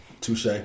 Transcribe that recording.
Touche